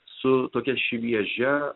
su tokia šviežia